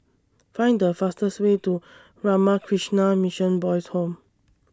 Find The fastest Way to Ramakrishna Mission Boys' Home